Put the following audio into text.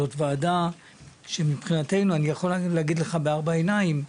זאת ועדה שמבחינתנו אני יכול להגיד לך בארבע עיניים,